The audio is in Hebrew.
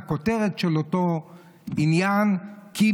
הכותרת של אותו עניין: "כי